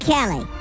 Kelly